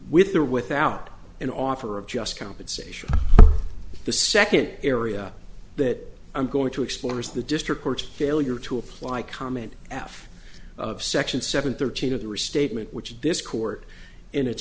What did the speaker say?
with or without an offer of just compensation the second area that i'm going to explore is the district court failure to apply comment out of section seven thirteen of the restatement which is this court in its